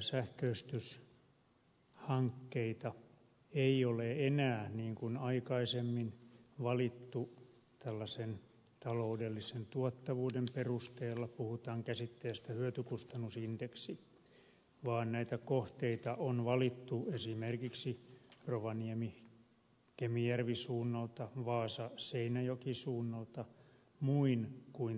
sähköistyshankkeita ei ole enää niin kuin aikaisemmin valittu tällaisen taloudellisen tuottavuuden perusteella puhutaan käsitteestä hyötykustannus indeksi vaan näitä kohteita on valittu esimerkiksi rovaniemikemijärvi suunnalta vaasaseinäjoki suunnalta muin kuin taloudellisin perustein